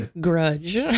grudge